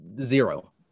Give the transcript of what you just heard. zero